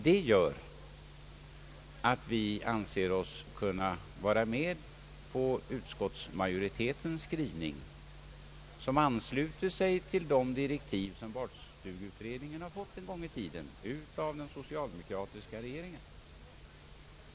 Det gör att vi anser oss kunna vara med på utskottsmajoritetens skrivning, som ansluter till de direktiv barnstugeutredningen har fått en gång i tiden av den socialdemokratiska regeringen.